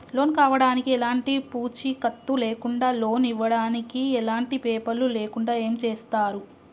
Loan కావడానికి ఎలాంటి పూచీకత్తు లేకుండా లోన్ ఇవ్వడానికి ఎలాంటి పేపర్లు లేకుండా ఏం చేస్తారు?